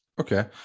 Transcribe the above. Okay